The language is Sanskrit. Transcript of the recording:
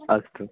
अस्तु